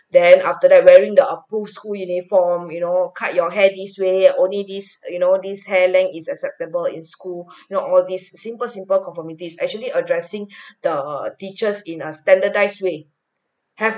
then after that wearing the approves school uniform you know cut your hair this way only these you know these hair length is acceptable in school not all these simple simple conformity actually addressing the teach us in a standardized way